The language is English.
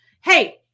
Hey